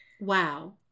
Wow